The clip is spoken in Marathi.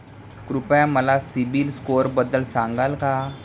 कृपया मला सीबील स्कोअरबद्दल सांगाल का?